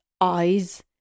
eyes